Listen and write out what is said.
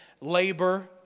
labor